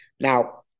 Now